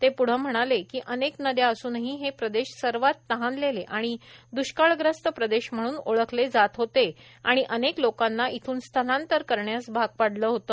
ते पुढे म्हणाले अनेक नद्या असूनही हे प्रदेश सर्वात तहानलेले आणि द्वष्काळग्रस्त प्रदेश म्हणून ओळखले जात होते आणि अनेक लोकांना येथून स्थलांतर करण्यास भाग पाडले होते